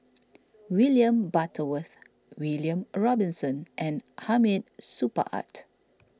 William Butterworth William Robinson and Hamid Supaat